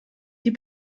die